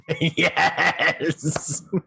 Yes